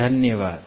धन्यवाद